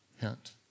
hint